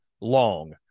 long